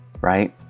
right